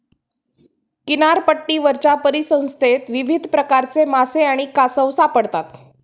किनारपट्टीवरच्या परिसंस्थेत विविध प्रकारचे मासे आणि कासव सापडतात